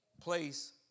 place